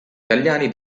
italiani